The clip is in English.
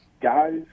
guys